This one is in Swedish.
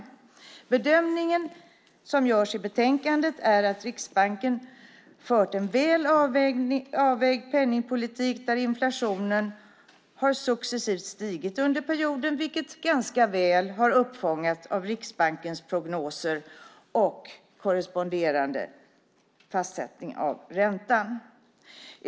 Den bedömning som görs i betänkandet är att Riksbanken fört en väl avvägd penningpolitik där inflationen successivt har stigit under perioden, vilket ganska väl har fångats upp av Riksbankens prognoser och korresponderande fastställande av räntan.